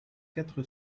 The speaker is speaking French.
quatre